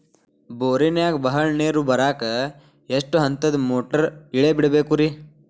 ಬೋರಿನಾಗ ಬಹಳ ನೇರು ಬರಾಕ ಎಷ್ಟು ಹಂತದ ಮೋಟಾರ್ ಇಳೆ ಬಿಡಬೇಕು ರಿ?